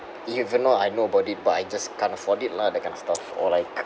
even though I know about it but I just can't afford it lah that kind of stuff or like